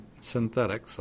synthetic